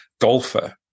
golfer